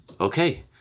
Okay